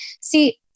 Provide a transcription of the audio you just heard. see